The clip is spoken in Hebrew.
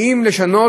כי אם לשנות